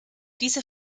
diese